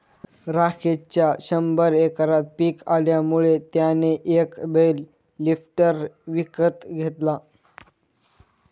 राकेशच्या शंभर एकरात पिक आल्यामुळे त्याने एक बेल लिफ्टर विकत घेतला